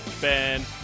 Ben